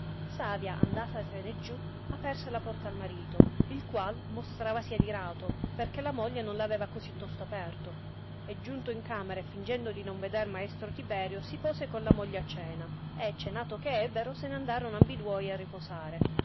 savia andatasene giù aperse la porta al marito il qual mostravasì adirato perchè la moglie non l aveva così tosto aperto e giunto in camera e fingendo di non veder maestro tiberio si pose con la moglie a cena e cenato che ebbero se ne andorono ambiduoi a riposare